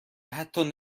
حتی